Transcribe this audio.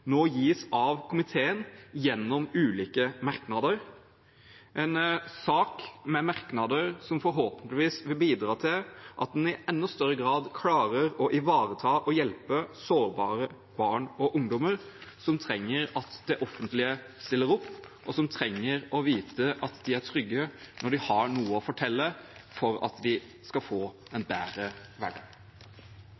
nå gis av komiteen gjennom ulike merknader – en sak med merknader som forhåpentligvis vil bidra til at en i enda større grad klarer å ivareta og hjelpe sårbare barn og ungdommer som trenger at det offentlige stiller opp, og som trenger å vite at de er trygge når de har noe å fortelle, for at de skal få en